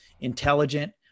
intelligent